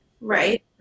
Right